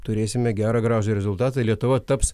turėsime gerą gražų rezultatą ir lietuva taps